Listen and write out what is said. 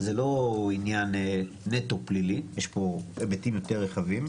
זה לא עניין נטו פלילי, יש פה היבטים יותר רחבים.